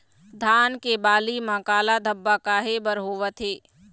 धान के बाली म काला धब्बा काहे बर होवथे?